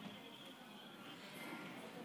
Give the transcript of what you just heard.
איפה אתה?